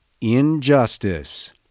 injustice